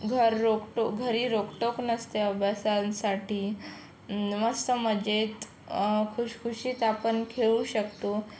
घर रोखटोक घरी रोखटोक नसते अभ्यासासाठी मस्त मजेत खुश खुशीत आपण खेळू शकतो